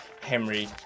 Henry